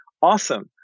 Awesome